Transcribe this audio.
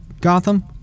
Gotham